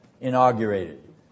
inaugurated